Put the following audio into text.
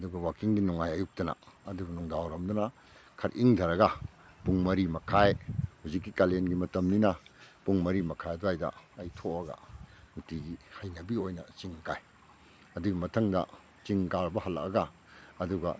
ꯑꯗꯨꯕꯨ ꯋꯥꯛꯀꯤꯡꯗꯤ ꯅꯨꯡꯉꯥꯏ ꯑꯌꯨꯛꯇꯅ ꯑꯗꯨꯕꯨ ꯅꯨꯡꯗꯥꯡ ꯋꯥꯏꯔꯝꯗꯅ ꯈꯔ ꯏꯪꯊꯔꯒ ꯄꯨꯡ ꯃꯔꯤ ꯃꯈꯥꯏ ꯍꯧꯖꯤꯛꯇꯤ ꯀꯥꯂꯦꯟꯒꯤ ꯃꯇꯝꯅꯤꯅ ꯄꯨꯡ ꯃꯔꯤ ꯃꯈꯥꯏ ꯑꯗꯨꯋꯥꯏꯗ ꯑꯩ ꯊꯣꯛꯑꯒ ꯅꯨꯡꯇꯤꯒꯤ ꯍꯩꯅꯕꯤ ꯑꯣꯏꯅ ꯆꯤꯡ ꯀꯥꯏ ꯑꯗꯨꯏ ꯃꯊꯪꯗ ꯆꯤꯡ ꯀꯥꯔꯨꯕ ꯍꯜꯂꯛꯑꯒ ꯑꯗꯨꯒ